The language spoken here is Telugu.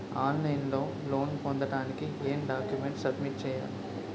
ఆన్ లైన్ లో లోన్ పొందటానికి ఎం డాక్యుమెంట్స్ సబ్మిట్ చేయాలి?